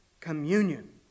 communion